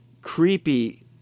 Creepy